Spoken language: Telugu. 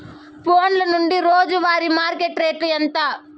ఫోన్ల నుండి రోజు వారి మార్కెట్ రేటు ఎంత?